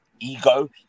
ego